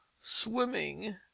swimming